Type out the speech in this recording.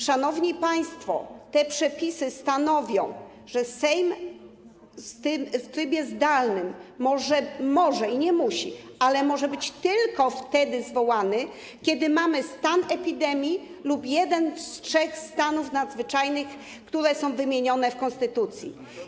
Szanowni państwo, te przepisy stanowią, że Sejm w trybie zdalnym może - może, nie musi, ale może - być tylko wtedy zwołany, kiedy mamy stan epidemii lub jeden z trzech stanów nadzwyczajnych, które są wymienione w konstytucji.